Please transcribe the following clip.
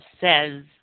says